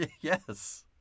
Yes